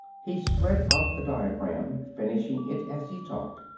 he spread out the diagram, finishing it as he talked.